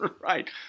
Right